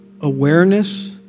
awareness